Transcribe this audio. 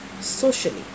socially